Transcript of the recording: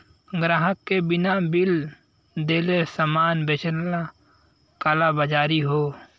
ग्राहक के बिना बिल देले सामान बेचना कालाबाज़ारी हौ